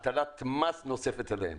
זאת הטלת מס נוספת עליהם.